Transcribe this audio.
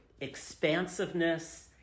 expansiveness